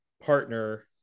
partner